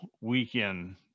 weekend